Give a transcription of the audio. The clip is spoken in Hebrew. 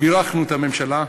בירכנו את הממשלה,